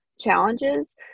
challenges